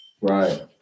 Right